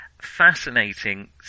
fascinating